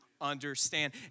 understand